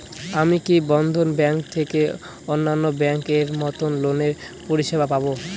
আমি কি বন্ধন ব্যাংক থেকে অন্যান্য ব্যাংক এর মতন লোনের পরিসেবা পাব?